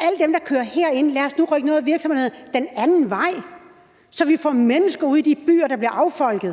alle dem, der kører herind – rykke nogle af virksomhederne den anden vej, så vi får mennesker ud i de byer, der bliver affolket.